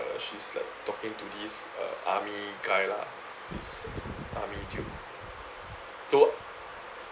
she's like talking to this uh army guy lah this army dude so